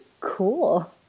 cool